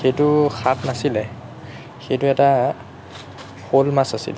সেইটো সাপ নাছিলে সেইটো এটা শ'ল মাছ আছিল